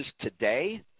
today